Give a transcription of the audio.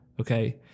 okay